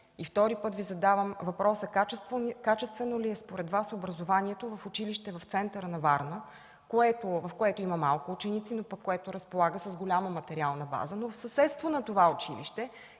И втори път Ви задавам въпроса: качествено ли е според Вас образованието в училище в центъра на Варна, в което има малко ученици, но пък което разполага с голяма материална база? Но в съседство на това училище